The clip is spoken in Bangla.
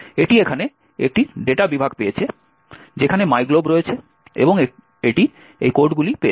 এটি এখানে একটি ডেটা বিভাগ পেয়েছে যেখানে মাইগ্লোব রয়েছে এবং এটি কোডগুলি পেয়েছে